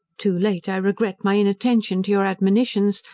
too late i regret my inattention to your admonitions,